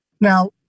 Now